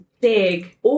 big